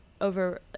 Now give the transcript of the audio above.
over